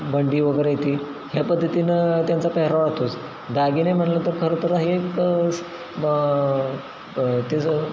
बंडी वगैरे येते ह्या पद्धतीनं त्यांचा पेहराव राहतोच दागिने म्हटलं तर खरं तर हे एक तिचं